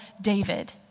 David